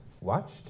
watched